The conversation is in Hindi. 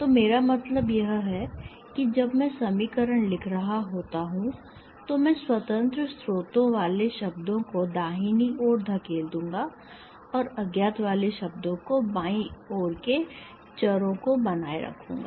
तो मेरा मतलब यह है कि जब मैं समीकरण लिख रहा होता हूं तो मैं स्वतंत्र स्रोतों वाले शब्दों को दाहिनी ओर धकेल दूंगा और अज्ञात वाले शब्दों को बाईं ओर के चरों को बनाए रखूंगा